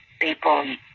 people